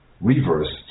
reversed